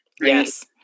yes